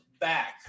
back